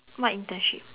what internship